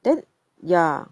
then ya